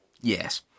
Yes